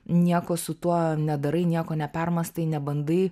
nieko su tuo nedarai nieko nepermąstai nebandai